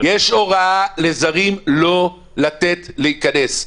יש הוראה לא לתת לזרים להיכנס.